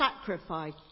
sacrifice